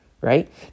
right